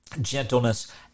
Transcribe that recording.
gentleness